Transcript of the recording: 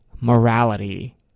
morality